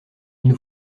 nous